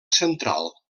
central